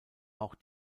auch